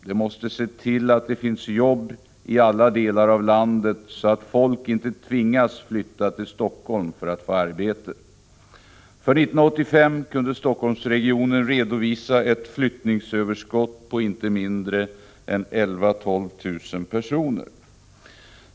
De måste se till att det finns jobb i alla delar av landet, så att folk inte tvingas flytta till Helsingfors för att få arbete.” För 1985 kunde Helsingforssregionen redovisa ett flyttningsöverskott på inte mindre än 11 000-12 000.